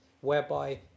whereby